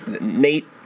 Nate